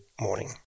morning